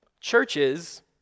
Churches